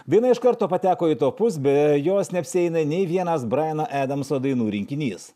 daina iš karto pateko į topus be jos neapsieina nei vienas brajano edamso dainų rinkinys